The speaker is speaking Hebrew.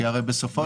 ממש לא.